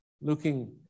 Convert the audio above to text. looking